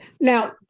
Now